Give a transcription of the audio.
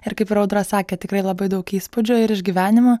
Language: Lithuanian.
ir kaip ir audra sakė tikrai labai daug įspūdžių ir išgyvenimų